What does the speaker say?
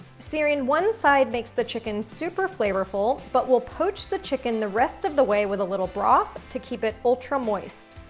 searing one side makes the chicken super flavorful, but we'll poach the chicken the rest of the way with a little broth to keep it ultra moist.